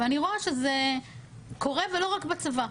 ואני רואה שזה קורה ולא רק בצבא.